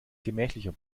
gemächlicher